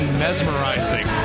mesmerizing